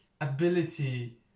ability